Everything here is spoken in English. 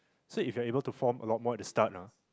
so if you are able to form a lot more at the start ah